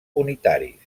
unitaris